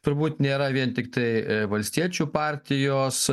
turbūt nėra vien tiktai valstiečių partijos